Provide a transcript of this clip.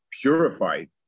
purified